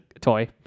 toy